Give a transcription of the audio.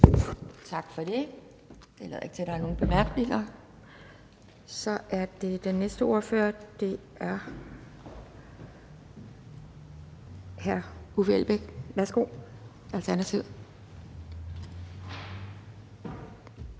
Tak for det. Det lader ikke til, at der er nogen korte bemærkninger. Så er det den næste ordfører, og det er hr. Uffe Elbæk, Alternativet.